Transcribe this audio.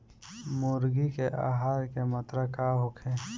मुर्गी के आहार के मात्रा का होखे?